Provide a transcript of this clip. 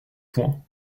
point